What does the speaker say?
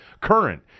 current